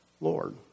Lord